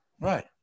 Right